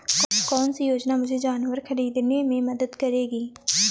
कौन सी योजना मुझे जानवर ख़रीदने में मदद करेगी?